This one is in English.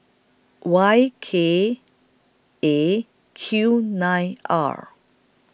Y K A Q nine R